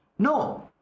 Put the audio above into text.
No